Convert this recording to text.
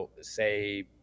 say